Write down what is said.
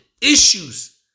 issues